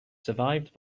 survived